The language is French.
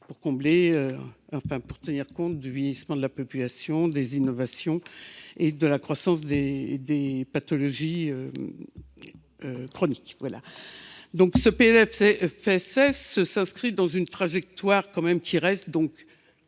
pour tenir compte du vieillissement de la population, des innovations et de la croissance des pathologies chroniques. Ce PLFSS s’inscrit donc dans une trajectoire d’austérité,